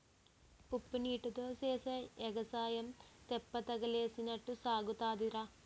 ఉప్పునీటీతో సేసే ఎగసాయం తెప్పతగలేసినట్టే సాగుతాదిరా